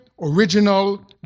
original